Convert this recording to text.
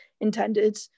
intended